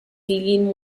lynn